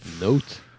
Note